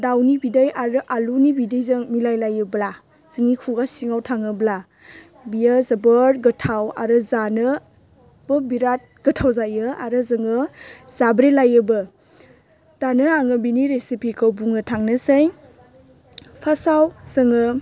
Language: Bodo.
दाउनि बिदै आरो आलुनि बिदैजों मिलाय लायोब्ला जोंनि खुगा सिङाव थाङोब्ला बियो जोबोद गोथाव आरो जानोबो बिराद गोथाव जायो आरो जोङो जाब्रेलायोबो दानिया आङो बिनि रेसिपिखौ बुंनो थांनोसै फार्स्ताव जोङो